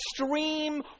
extreme